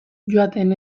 joaten